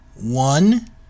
one